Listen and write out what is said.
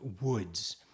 woods